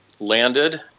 landed